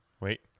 Wait